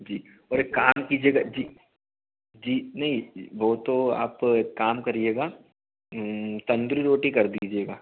जी और एक काम कीजियेगा जी जी नहीं वह तो आप एक काम करियेगा तंदूरी रोटी कर दीजियेगा